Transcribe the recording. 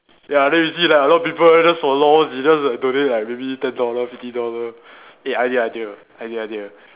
ya then see like a lot of people just follow they just like donate like maybe ten dollar fifty dollar eh idea idea idea idea